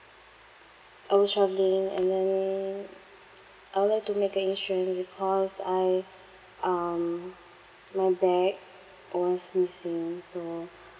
I was travelling and then I would like to make a insurance because I um my bag was missing so